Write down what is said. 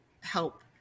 help